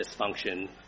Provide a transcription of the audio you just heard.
dysfunction